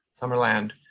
summerland